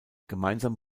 gemeinsam